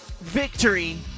victory